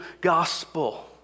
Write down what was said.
gospel